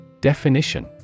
Definition